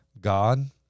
God